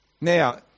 Now